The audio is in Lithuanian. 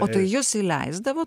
o tai jus įleisdavo